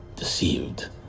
Deceived